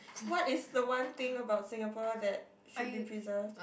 what is the one thing about Singapore that should be preserved